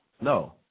No